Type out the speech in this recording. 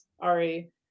Ari